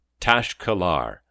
Tashkalar